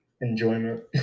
enjoyment